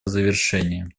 завершения